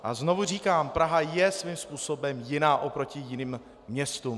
A znovu říkám, Praha je svým způsobem jiná oproti jiným městům.